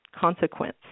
consequence